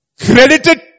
credited